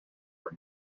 are